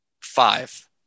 five